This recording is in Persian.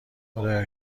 خدایا